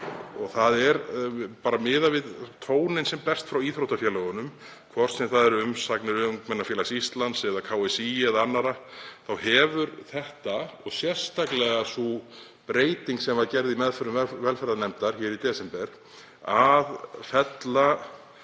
og fleiri. Miðað við tóninn sem berst frá íþróttafélögunum, hvort sem það eru umsagnir Ungmennafélags Íslands eða KSÍ eða annarra, þá hefur þetta, og sérstaklega sú breyting sem var gerð í meðförum velferðarnefndar í desember, að fella